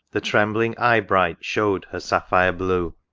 the trembling eye-bright showed her sapphire blue